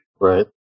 Right